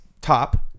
top